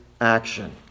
action